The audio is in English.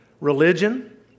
Religion